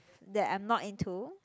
that I'm not into